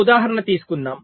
ఒక ఉదాహరణ తీసుకుందాం